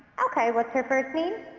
okay, what's her first name?